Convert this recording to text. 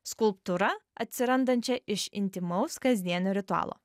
skulptūra atsirandančia iš intymaus kasdienio ritualo